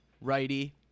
righty